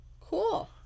Cool